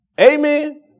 Amen